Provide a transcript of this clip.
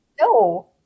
No